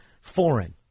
foreign